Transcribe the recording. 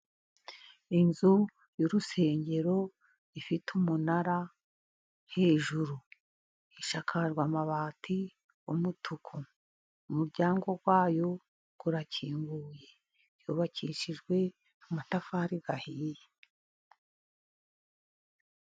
inzu y'urusengero ifite umunara hejuru, ishakajwe amabati y'umutuku, umuryango wayo urakinguye, yubakishijwe amatafari ahiye.